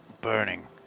burning